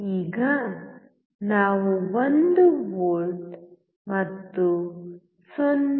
ಈಗ ನಾವು 1 ವೋಲ್ಟ್ ಮತ್ತು 0